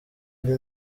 ari